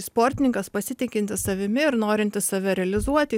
sportininkas pasitikintis savimi ir norintis save realizuoti